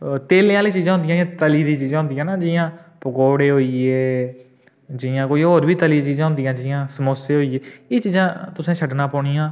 तेलें आह्लियां चीजां होंदियां जां तली दी चीजां होंदियां न जि'यां पकोड़े होई गे जि'यां कोई होर बी तली दी चीजां होंदियां जि'यां समोसे होई गे एह् चीजां तुसें छोड़ना पौनियां